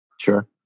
sure